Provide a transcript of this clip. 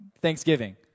Thanksgiving